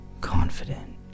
confident